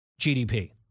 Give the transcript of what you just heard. GDP